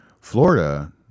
Florida